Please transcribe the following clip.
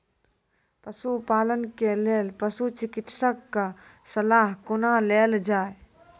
पशुपालन के लेल पशुचिकित्शक कऽ सलाह कुना लेल जाय?